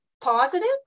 positive